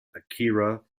akira